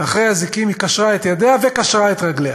אחרי האזיקים היא קשרה את ידיה וקשרה את רגליה,